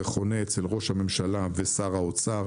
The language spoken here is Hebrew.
זה חונה אצל ראש הממשלה ושר האוצר,